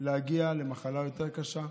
להגיע למחלה יותר קשה,